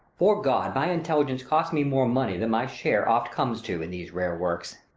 fore god, my intelligence costs me more money, than my share oft comes to, in these rare works.